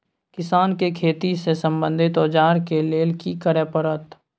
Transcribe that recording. किसान के खेती से संबंधित औजार के लेल की करय परत?